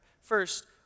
First